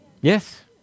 Yes